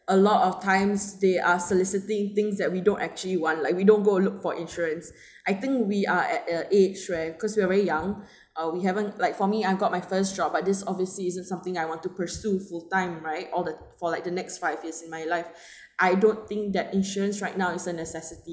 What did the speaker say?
a lot of times they are soliciting things that we don't actually want like we don't and go look for insurance I think we are at a age right cause we are very young err we haven't like for me I've got my first job but this obviously isn't something I want to pursue full time right all the for like the next five years in my life I don't think that insurance right now is a necessity